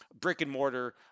brick-and-mortar